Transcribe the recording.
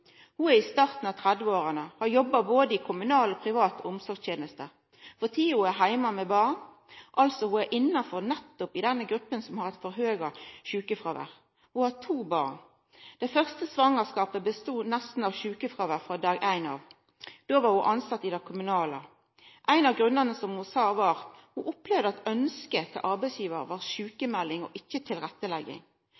Ho er i starten av trettiåra og har jobba i både privat og kommunal omsorgsteneste. Ho er for tida heime med barn og er altså nettopp innanfor den gruppa som har eit forhøgd sjukefråvær. Ho har to barn. Det første svangerskapet bestod av sjukefråvær nesten frå dag nr. 1. Da var ho tilsett i kommunal sektor. Ein av grunnane var, sa ho, at ho opplevde at ønsket til arbeidsgivar var